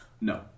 No